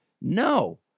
No